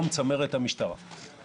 או באלימות של שוטר כפי שהוא מפרש